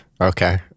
Okay